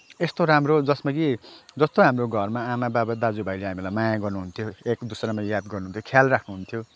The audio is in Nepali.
यस्तो राम्रो जसमा कि जस्तो हाम्रो घरमा आमा बाबा दाजुभाइले हामीलाई माया गर्नुहुन्थ्यो एक दुस्रामा याद गर्नुहुन्थ्यो ख्याल राख्नुहुन्थ्यो